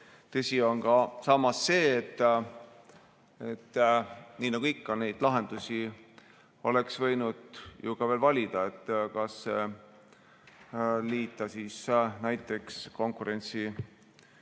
Tõsi on samas ka see, et nii nagu ikka, lahendusi oleks võinud ju veel valida, et kas liita see näiteks konkurentsiseaduse